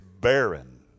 barren